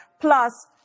plus